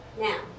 Now